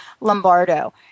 Lombardo